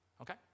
Okay